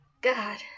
God